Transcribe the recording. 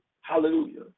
Hallelujah